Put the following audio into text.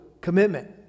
commitment